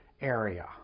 area